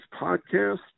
podcast